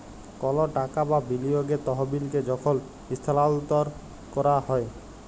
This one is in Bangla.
কল টাকা বা বিলিয়গের তহবিলকে যখল ইস্থালাল্তর ক্যরা হ্যয়